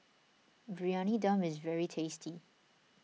Briyani Dum is very tasty